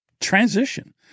transition